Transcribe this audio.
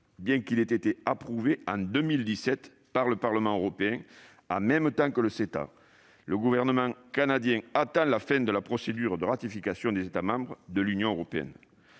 bien qu'il ait été approuvé en 2017 par le Parlement européen, en même temps que le CETA. Le gouvernement canadien attend la fin du processus de ratification des États membres de l'Union européenne.